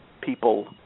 people